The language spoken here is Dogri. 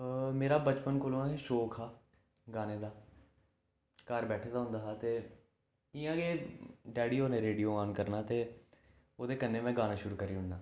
मेरा बचपन कोला गै शौक हा गाने दा घर बैठे दा होंदा हा ते इ'यां गै डैडी होरें रेडियो आन करना ते ओह्दे कन्नै में गाना शुरू करी ओड़ना